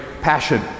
passion